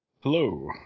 Hello